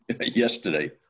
yesterday